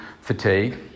fatigue